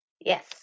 Yes